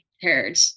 heard